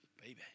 baby